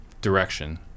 direction